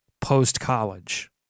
post-college